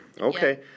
Okay